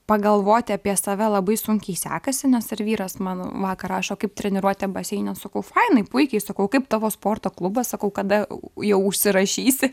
pagalvoti apie save labai sunkiai sekasi nes ir vyras man vakar rašo kaip treniruotė baseine sakau fainai puikiai sakau kaip tavo sporto klubas sakau kada jau užsirašysi